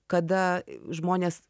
kada žmonės